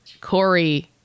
Corey